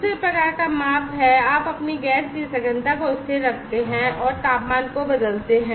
दूसरे प्रकार का माप यह है कि आप अपनी गैस की सघनता को स्थिर रखते हैं और तापमान को बदलते हैं